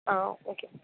ஆ okay